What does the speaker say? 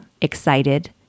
excited